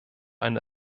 eine